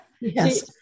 Yes